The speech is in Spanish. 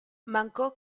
manco